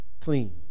clean